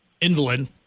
invalid